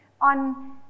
on